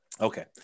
Okay